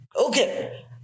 Okay